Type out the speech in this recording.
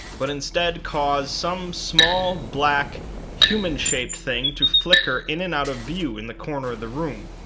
but instead cause some small black human-shaped thing to flicker in and out of view in the corner of the room.